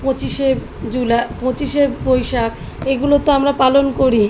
পঁচিশে জুলাই পঁচিশে বৈশাখ এগুলো তো আমরা পালন করি